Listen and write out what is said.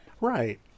Right